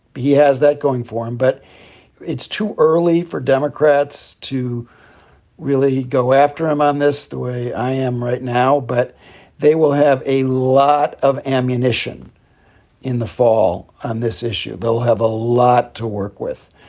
he has that going for him, but it's too early for democrats to really go after him on this the way i am right now. but they will have a lot of ammunition in the fall on this issue. they'll have a lot to work with.